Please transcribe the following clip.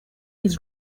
his